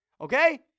okay